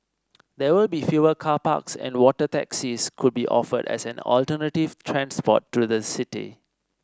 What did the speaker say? there will be fewer car parks and water taxis could be offered as an alternative transport to the city